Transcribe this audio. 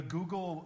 Google